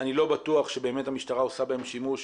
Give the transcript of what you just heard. אני לא בטוח שבאמת המשטרה עושה בהם שימוש